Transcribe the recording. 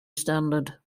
standard